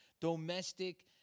domestic